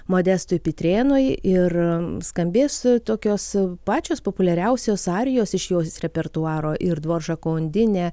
modestui pitrėnui ir skambės tokios pačios populiariausios arijos iš jos repertuaro ir dvoržako undinė